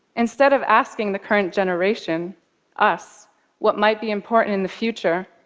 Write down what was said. instead of asking the current generation us what might be important in the future,